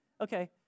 Okay